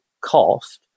cost